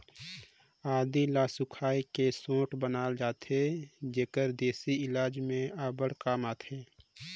आदी ल झुरवाए के सोंठ बनाल जाथे जेहर देसी इलाज में अब्बड़ काम आथे